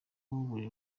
buri